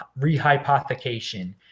rehypothecation